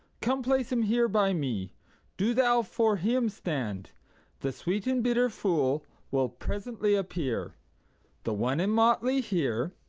come place him here by me do thou for him stand the sweet and bitter fool will presently appear the one in motley here,